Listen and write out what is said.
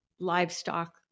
livestock